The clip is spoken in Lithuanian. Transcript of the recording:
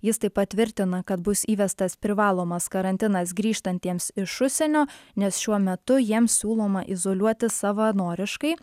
jis taip pat tvirtina kad bus įvestas privalomas karantinas grįžtantiems iš užsienio nes šiuo metu jiems siūloma izoliuotis savanoriškai